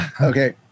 Okay